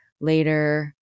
later